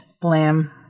Blam